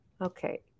Okay